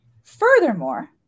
Furthermore